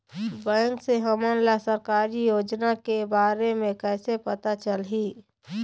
Bank से हमन ला सरकारी योजना के बारे मे कैसे पता चलही?